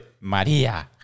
Maria